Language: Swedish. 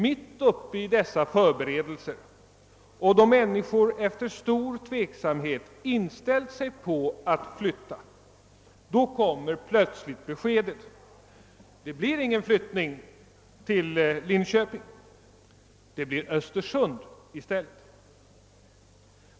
Mitt uppe i dessa förberedelser kom plötsligt beskedet till de människor som efter stor tveksamhet inställt sig på att flytta: Det blir ingen flyttning till Linköping, det blir Östersund i stället.